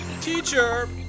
Teacher